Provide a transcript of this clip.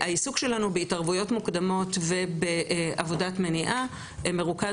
העיסוק שלנו בהתערבויות מוקדמות ובעבודת מניעה מרוכז